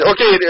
Okay